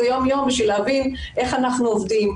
יום-יום בשביל להבין איך אנחנו עובדים.